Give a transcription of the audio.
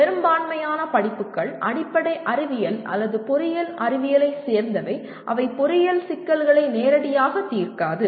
பெரும்பான்மையான படிப்புகள் அடிப்படை அறிவியல் அல்லது பொறியியல் அறிவியலைச் சேர்ந்தவை அவை பொறியியல் சிக்கல்களை நேரடியாக தீர்க்காது